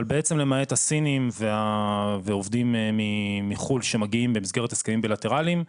בעצם למעט הסינים ועובדים מחו"ל שמגיעים במסגרת הסכמים בילטראליים,